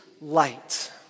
light